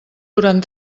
durant